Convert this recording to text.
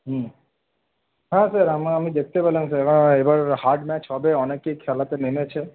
হুম হ্যাঁ স্যার আম আমি দেখতে পেলাম স্যার এবার হার্ড ম্যাচ হবে অনেকে খেলাতে নেমেছে